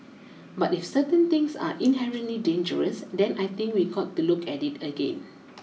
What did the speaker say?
but if certain things are inherently dangerous then I think we got to look at it again